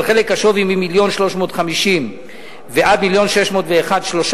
על חלק השווי מ-1.35 מיליון ועד 1.601 מיליון,